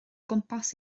gwmpas